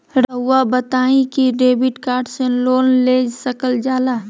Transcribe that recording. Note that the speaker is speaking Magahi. रहुआ बताइं कि डेबिट कार्ड से लोन ले सकल जाला?